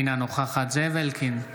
אינה נוכחת זאב אלקין,